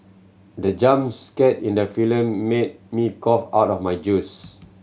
the jump scare in the film made me cough out of my juice